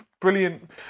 brilliant